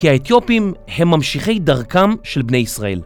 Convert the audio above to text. כי האתיופים הם ממשיכי דרכם של בני ישראל.